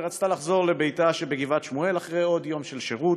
ורצתה לחזור לביתה שבגבעת-שמואל אחרי עוד יום של שירות,